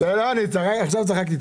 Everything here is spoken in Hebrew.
עכשיו צחקתי.